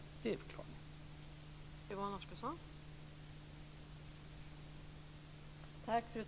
Det är förklaringen.